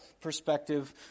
perspective